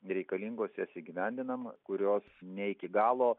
reikalingos jas įgyvendinam kurios ne iki galo